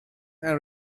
and